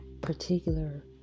particular